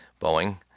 Boeing